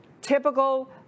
typical